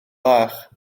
fach